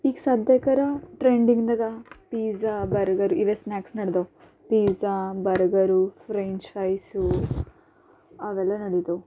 ಈಗ ಸಧ್ಯಕ್ಕರ ಟ್ರೆಂಡಿಂಗದ ಪಿಝಾ ಬರ್ಗರ್ ಇವೆ ಸ್ನಾಕ್ಸ್ ನಡೆದವು ಪಿಝಾ ಬರ್ಗರು ಫ್ರೆಂಚ್ ಫ್ರೈಸು ಅವೆಲ್ಲ ನಡಿತವು